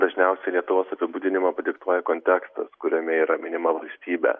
dažniausiai lietuvos apibūdinimą padiktuoja kontekstas kuriame yra minima valstybė